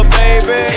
baby